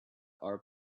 are